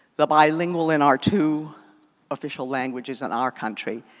the bilingual in our two official languages in our country.